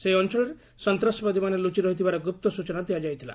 ସେହି ଅଞ୍ଚଳରେ ସନ୍ତାସବାଦୀମାନେ ଲୁଚି ରହିଥିବାର ଗୁପ୍ତ ସୂଚନା ଦିଆଯାଇଥିଲା